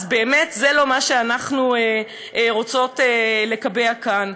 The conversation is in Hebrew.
באמת זה לא מה שאנחנו רוצות לקבע כאן.